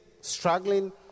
struggling